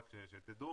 רק שתדעו,